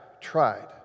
tried